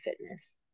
fitness